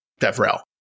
DevRel